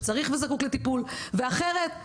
זאת הסצנה האחרונה שנראה,